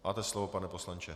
Máte slovo, pane poslanče.